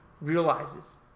realizes